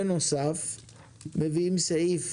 בנוסף אתם מביאים סעיף